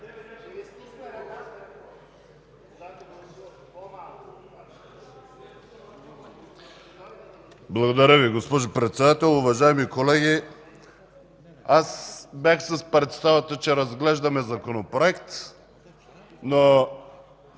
Благодаря Ви. Госпожо Председател, уважаеми колеги! Аз бях с представата, че разглеждаме законопроект, но